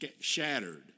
shattered